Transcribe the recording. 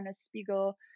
Spiegel